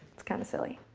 it's kind of silly.